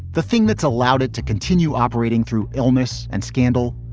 the thing that's allowed it to continue operating through illness and scandal,